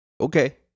Okay